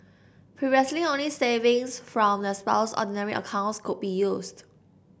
previously only savings from their spouse's ordinary accounts could be used